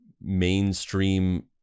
mainstream